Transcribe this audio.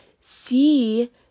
see